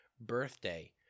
birthday